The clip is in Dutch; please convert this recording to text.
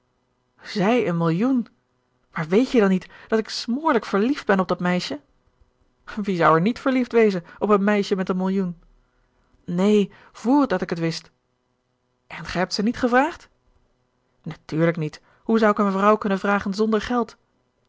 zij een millioen maar weet je dan niet dat ik smoorlijk verliefd ben op dat meisje wie zou er niet verliefd wezen op een meisje met een millioen neen vr dat ik het wist en ge hebt ze niet gevraagd natuurlijk niet hoe zou ik een vrouw kunnen vragen zonder geld